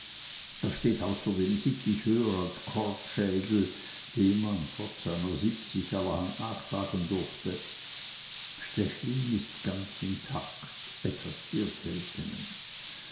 er steht außerdem sittlich höher als kortschädel dem man trotz seiner siebzig allerhand nachsagen durfte stechlin ist ganz intakt etwas sehr seltenes